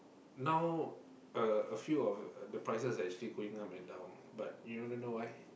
now a a few of uh the prices actually going up and down but you want to know why